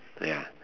ya